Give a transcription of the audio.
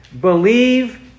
Believe